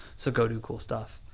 so go do cool stuff.